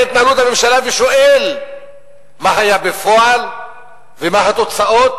התנהלות הממשלה ושואל מה היה בפועל ומה התוצאות?